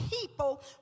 people